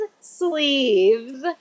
sleeves